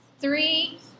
Three